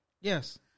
Yes